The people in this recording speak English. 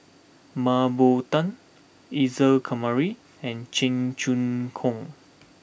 Mah Bow Tan Isa Kamari and Cheong Choong Kong